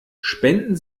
spenden